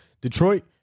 Detroit